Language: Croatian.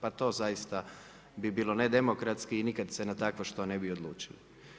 Pa to zaista bi bilo demokratski i nikad se na takvo što ne bi odlučili.